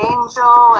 Angel